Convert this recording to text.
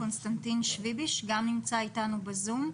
קונסטנטין שוויביש שנמצא אתנו ב-זום,